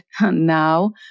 now